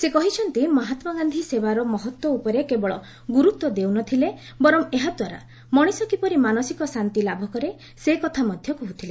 ସେ କହିଛନ୍ତି ମହାତ୍କାଗାନ୍ଧି ସେବାର ମହତ୍ତ୍ୱ ଉପରେ କେବଳ ଗୁରୁତ୍ୱ ଦେଉ ନ ଥିଲେ ବରଂ ଏହାଦ୍ୱାରା ମଣିଷ କିପରି ମାନସିକ ଶାନ୍ତି ଲାଭ କରେ ସେକଥା ମଧ୍ୟ କହୁଥିଲେ